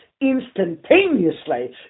instantaneously